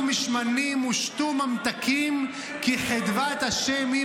משמנים ושתו ממתקים --- כי חדוות ה' היא